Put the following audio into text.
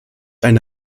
eine